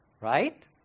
right